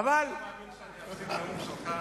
אתה מאמין שאני אפסיד נאום שלך?